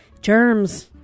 germs